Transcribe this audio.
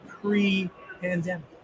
pre-pandemic